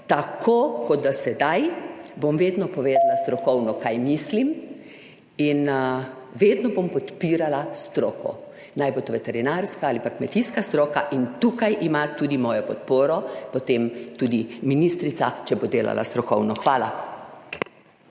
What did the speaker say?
tako kot do sedaj, bom vedno povedala strokovno, / znak za konec razprave/ kaj mislim in vedno bom podpirala stroko, naj bo to veterinarska ali pa kmetijska stroka in tukaj ima tudi mojo podporo potem tudi ministrica, če bo delala strokovno. Hvala.